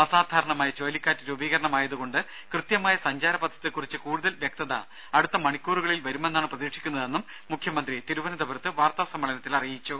അസാധാരണമായ ചുഴലിക്കാറ്റ് രൂപീകരണം ആയതുകൊണ്ട് കൃത്യമായ സഞ്ചാരപഥത്തെക്കുറിച്ച് കൂടുതൽ വ്യക്തത അടുത്ത മണിക്കൂറുകളിൽ വരുമെന്നാണ് പ്രതീക്ഷിക്കുന്നതെന്നും മുഖ്യമന്ത്രി തിരുവനന്തപുരത്ത് വാർത്താ സമ്മേളനത്തിൽ പറഞ്ഞു